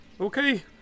Okay